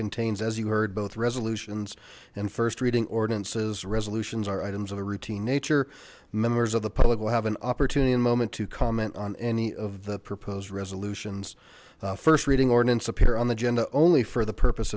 contains as you heard both resolutions and first reading ordinances resolutions are items of a routine nature members of the public will have an opportunity and moment to comment on any of the proposed resolutions first reading ordinance appear on the agenda only for the purpose